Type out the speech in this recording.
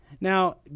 Now